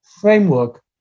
framework